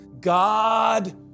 God